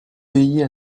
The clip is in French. veiller